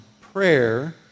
prayer